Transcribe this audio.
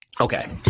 Okay